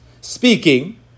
Speaking